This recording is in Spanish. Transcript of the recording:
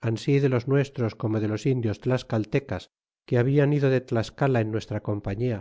ansi de los nuestros como de los indios tlascaltecas que hablan ido de tiascala en nuestra compañia